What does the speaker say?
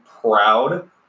proud